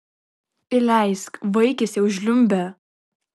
įleisk vaikis jau žliumbė